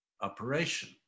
operation